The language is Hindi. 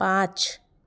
पाँच